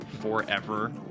forever